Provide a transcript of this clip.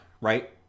Right